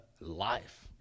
life